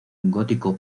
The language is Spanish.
gótico